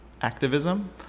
activism